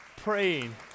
praying